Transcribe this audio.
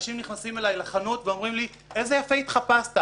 אנשים נכנסים ואומרים לי, איזה יפה התחפשת.